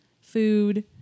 food